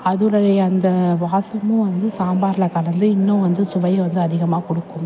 அது உடைய அந்த வாசமும் வந்து சாம்பாரில் கலந்து இன்னும் வந்து சுவையை வந்து அதிகமாக கொடுக்கும்